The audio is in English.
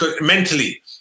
mentally